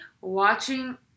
watching